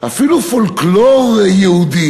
אפילו פולקלור יהודי,